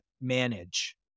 manage